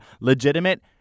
legitimate